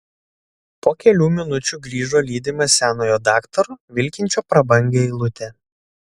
po kelių minučių grįžo lydimas senojo daktaro vilkinčio prabangią eilutę